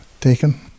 taken